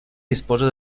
disposa